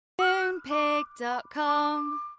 Moonpig.com